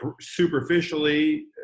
superficially